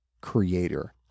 Creator